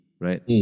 right